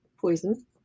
Poison